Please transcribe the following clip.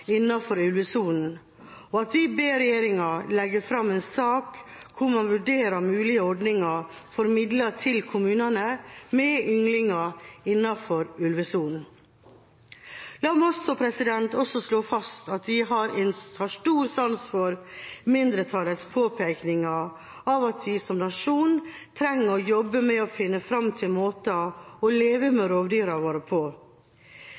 innenfor ulvesonen, og vi ber regjeringa legge fram en sak hvor man vurderer mulige ordninger for midler til kommunene med ynglinger innenfor ulvesonen. La meg også slå fast at vi har stor sans for mindretallets påpekning av at vi som nasjon trenger å jobbe med å finne fram til måter å leve med rovdyrene våre på.